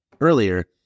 earlier